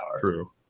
True